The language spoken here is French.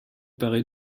paraît